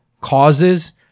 causes